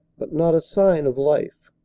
but not a sign of life.